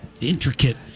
intricate